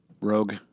Rogue